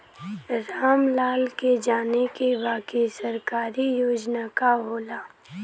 राम लाल के जाने के बा की सरकारी योजना का होला?